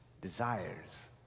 desires